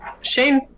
Shane